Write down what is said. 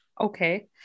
Okay